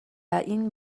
این